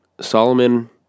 Solomon